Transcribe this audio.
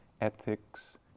ethics